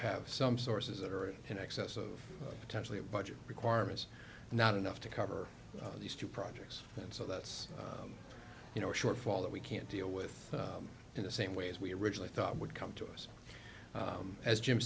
have some sources that are already in excess of potentially a budget requirements not enough to cover these two projects and so that's you know a shortfall that we can't deal with in the same way as we originally thought would come to us as jim